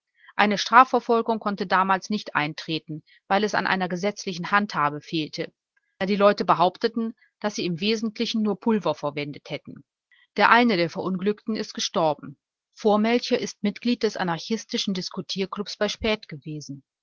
eine strafverfolgung konnte damals nicht eintreten weil es an einer gesetzlichen handhabe fehlte da die leute behaupteten daß sie im wesentlichen nur pulver verwendet hätten der eine der verunglückten ist gestorben vormälcher ist mitglied des anarchistischen diskutierklubs bei späth gewesen